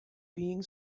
being